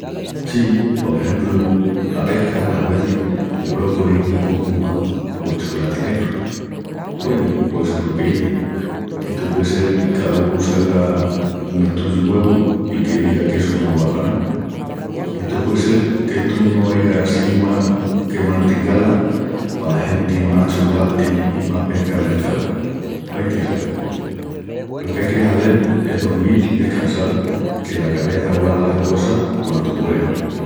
Sí, por exempru, la pesca, las nuezis, el brócoli, la cúrcuma o el chocolati negru. Güenu, o essu es lo qu'izin. Que tó puei sel au'alogu selga un estudiu nuevu i que diga qu'essu no val pa ná. I tó puei sel qu'estu no aigan síu más que martingalas pala genti más chocolati i más pesca mercal. Vai-ti a sabel! Lo qu'ai que hazel es dormil i descansal, que la cabeça guarda las cosas quandu duermi.